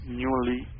newly